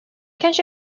kanske